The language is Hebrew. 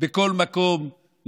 בכל מקום,